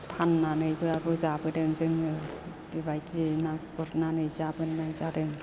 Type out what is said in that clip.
फाननानैब्लाबो जाबोदों जोङो बेबायदि ना गुरनानै जाबोनाय जादों